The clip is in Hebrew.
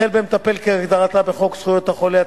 החל במטפל כהגדרתו בחוק זכויות החולה,